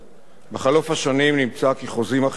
בחלוף השנים נמצא כי חוזים אחידים שהוגשו